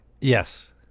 yes